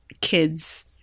kids